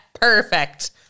perfect